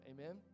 Amen